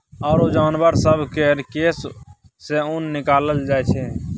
आरो जानबर सब केर केश सँ ऊन निकालल जाइ छै